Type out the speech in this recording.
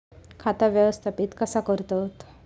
खाता व्यवस्थापित कसा करतत?